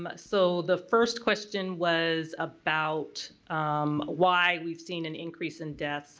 but so the first question was about why we've seen an increase in deaths